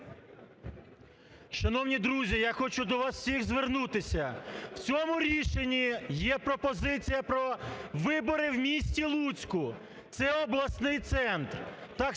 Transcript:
Шановні друзі, я хочу до вас всіх звернутися. В цьому рішенні є пропозиція про вибори в місті Луцьку. Це обласний центр.